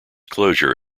closure